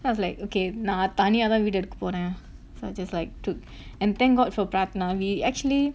then I was like okay நா தனியாதா வீடு எடுகக போறேன்:naa thaniyaatha veedu edukka poren so I just like took and thank god for pratnavi actually